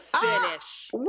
finish